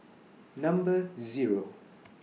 Number Zero